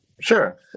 sure